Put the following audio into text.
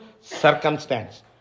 circumstance